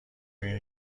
این